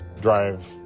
drive